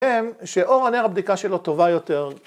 ‫הם שאור הנר הבדיקה שלו ‫טובה יותר.